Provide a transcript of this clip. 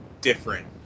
different